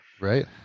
right